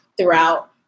throughout